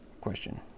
question